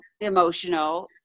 emotional